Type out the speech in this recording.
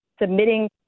submitting